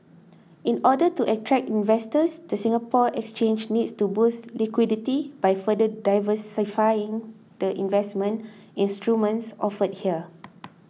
in order to attract investors the Singapore Exchange needs to boost liquidity by further diversifying the investment instruments offered here